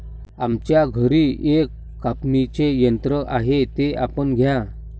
आमच्या घरी एक कापणीचे यंत्र आहे ते आपण घ्या